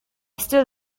still